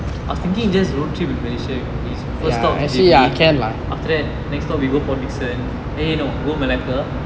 I was thinking just road trip to malaysia you know we first stop J_B after that next stop we go port dickson eh no go malacca